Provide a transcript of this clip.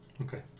Okay